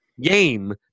game